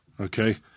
Okay